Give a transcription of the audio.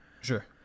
Sure